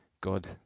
God